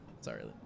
Sorry